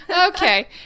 Okay